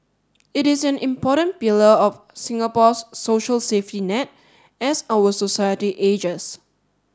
it is an important pillar of Singapore's social safety net as our society ages